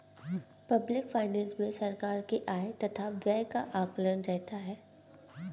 public finance मे सरकार के आय तथा व्यय का आकलन रहता है